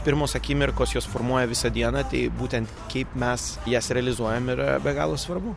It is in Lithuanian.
pirmos akimirkos jos formuoja visą dieną tai būtent kaip mes jas realizuojam yra be galo svarbu